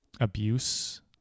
abuse